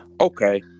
Okay